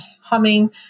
humming